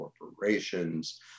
corporations